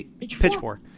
Pitchfork